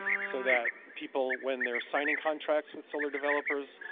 so that people when they're signing contracts with solar developers,